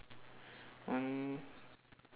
one